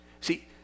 See